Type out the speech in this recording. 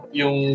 yung